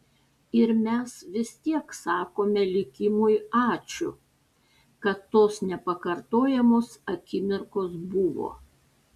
ir mes vis tiek sakome likimui ačiū kad tos nepakartojamos akimirkos buvo